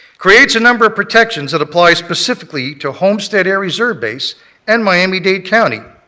creates a number of protections that apply specifically to homestead ah reserve base and miami-dade county.